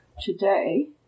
today